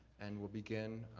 and we'll begin